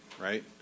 right